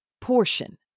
portion